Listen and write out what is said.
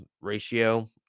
ratio